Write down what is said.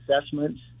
assessments